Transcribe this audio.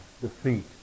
defeat